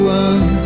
one